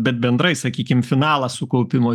bet bendrai sakykim finalas sukaupimo